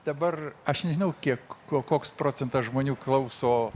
dabar aš nežinau kiek ko koks procentas žmonių klauso